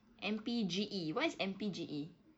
M_P_G_E what is M_P_G_E